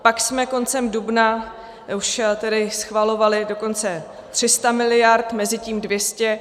Pak jsme koncem dubna už tedy schvalovali dokonce 300 miliard, mezitím 200.